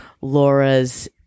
Laura's